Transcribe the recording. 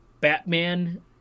Batman